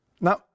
Now